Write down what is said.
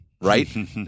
right